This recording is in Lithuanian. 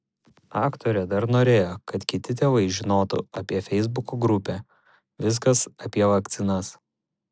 aktorė dar norėjo kad kiti tėvai žinotų apie feisbuko grupę viskas apie vakcinas